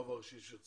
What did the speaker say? הרב הראשי של צרפת.